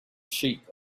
sheep